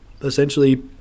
Essentially